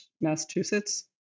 Massachusetts